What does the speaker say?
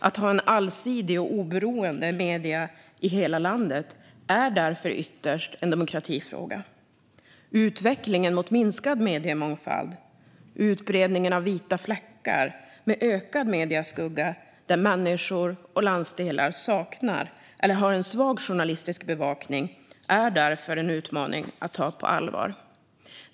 Att ha allsidiga och oberoende medier i hela landet är därför ytterst en demokratifråga. Utvecklingen mot minskad mediemångfald och utbredningen av vita fläckar med ökad medieskugga, där människor och landsdelar saknar eller har en svag journalistisk bevakning, är en utmaning att ta på allvar.